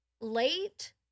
late